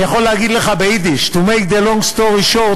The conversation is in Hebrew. אני יכול להגיד לך ביידיש: To make a long story short,